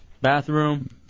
bathroom